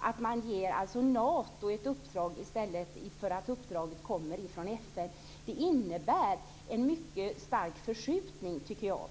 att man ger Nato ett uppdrag i stället för att uppdraget kommer från FN innebär en mycket stark förskjutning, tycker jag.